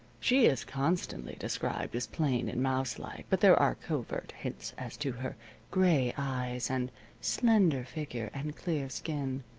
she is constantly described as plain and mouse-like, but there are covert hints as to her gray eyes and slender figure and clear skin,